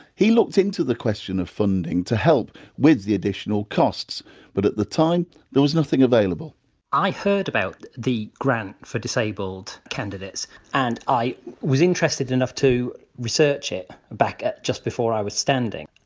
he looked into the question of funding to help with the additional costs but at the time there was nothing available i heard about the grant for disabled candidates and i was interested enough to research it back just before i was standing.